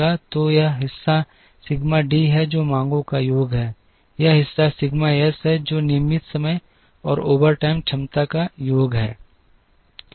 तो यह हिस्सा सिग्मा डी है जो मांगों का योग है यह हिस्सा सिग्मा एस है जो नियमित समय और ओवरटाइम क्षमता का योग है